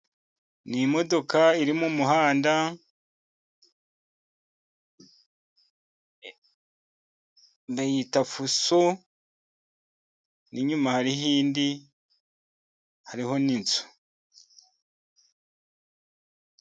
Ni imodoka iri mu muhanda bayita fuso, n'inyuma hariho indi hariho n'inzu.